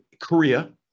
Korea